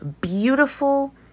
beautiful